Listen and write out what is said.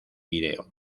pireo